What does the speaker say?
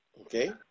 Okay